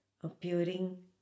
appearing